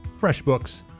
FreshBooks